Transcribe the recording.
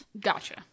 Gotcha